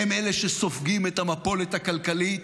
הם אלה שסופגים את המפולת הכלכלית,